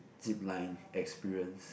zip line experience